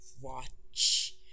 watch